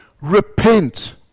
repent